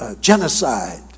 genocide